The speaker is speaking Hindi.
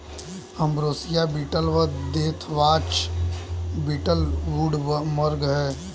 अंब्रोसिया बीटल व देथवॉच बीटल वुडवर्म हैं